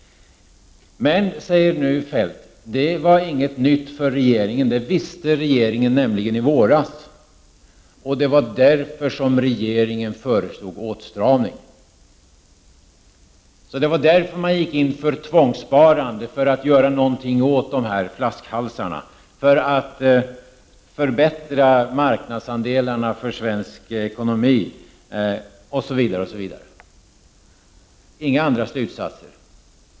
Men, fortsätter Feldt, det var inte något nytt för regeringen. Det visste regeringen nämligen i våras och det var orsaken till att regeringen föreslog åtstramning. Det var därför som man gick in för tvångssparande, för att göra någonting åt dessa flaskhalsar, för att förbättra marknadsandelarna för svensk ekonomi osv. Man drog inga andra slutsatser.